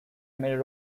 major